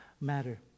matter